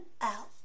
out